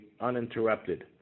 uninterrupted